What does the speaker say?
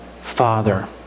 Father